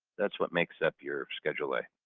that's what makes up your schedule a.